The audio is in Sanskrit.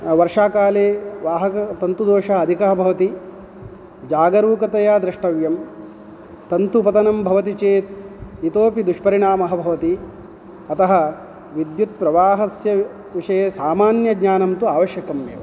वर्षाकाले वाहकतन्तुदोषा अदिका बवति जागरूकतया द्रष्टव्यं तन्तुपतनं भवति चेत् इतोपि दुष्परिणामः भवति अतः विद्युत्प्रवाहस्य विषये सामान्यज्ञानं तु आवश्यकम् एव